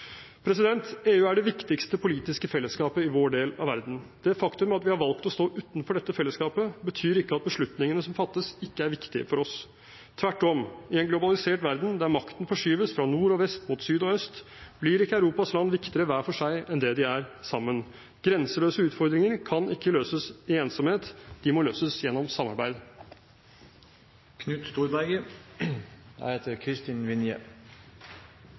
EU er det viktigste politiske fellesskapet i vår del av verden. Det faktum at vi har valgt å stå utenfor dette fellesskapet, betyr ikke at beslutningene som fattes, ikke er viktige for oss. Tvert om. I en globalisert verden, der makten forskyves fra nord og vest mot syd og øst, blir ikke Europas land viktigere hver for seg enn det de er sammen. Grenseløse utfordringer kan ikke løses i ensomhet, de må løses gjennom samarbeid.